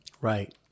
Right